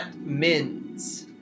Min's